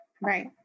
Right